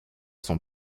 son